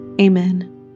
Amen